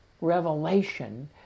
revelation